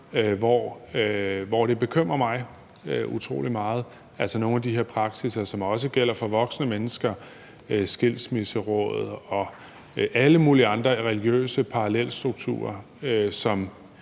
hvor det bekymrer mig utrolig meget. Det er altså nogle af de praksisser, som også gælder for voksne mennesker, skilsmisseråd og alle mulige andre religiøse parallelstrukturer, som